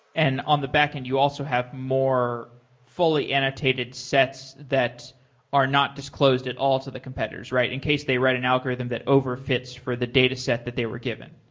and on the backend, you also have more fully annotated sets that are not disclosed at all to the competitors in case they write an algorithms that over-fits for the dataset that they were given.